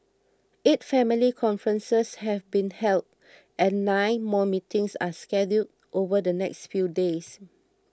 eight family conferences have been held and nine more meetings are scheduled over the next few days